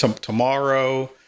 tomorrow